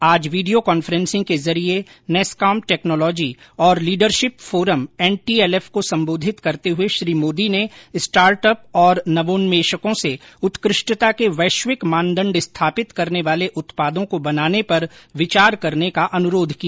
आज video conferencing के जरिए नैसकॉम टैक्नोलोजी और लीडरशिप फोरम एनटीएलएफ को संबोधित करते हुए श्री मोदी ने स्टार्टअप और नवोन्मेषकों से उत्कृष्टता के वैश्विक मानदंड स्थापित करने वाले उत्पादों को बनाने पर विचार करने का अनुरोध किया